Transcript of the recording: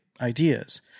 ideas